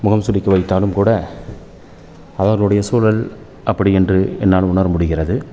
முகம் சுழிக்க வைத்தாலும் கூட அவர்களுடைய சூழல் அப்படி என்று என்னால் உணர முடிகிறது